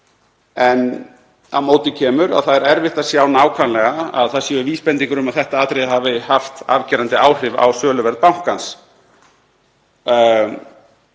Á móti kemur að það er erfitt að sjá nákvæmlega að vísbendingar séu um að þetta atriði hafi haft afgerandi áhrif á söluverð bankans.